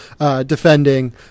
defending